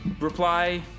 reply